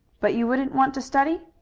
but you wouldn't want to study?